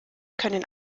können